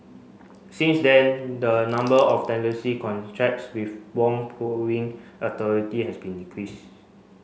since then the number of tenancy contracts with wrong approving authority has been decreased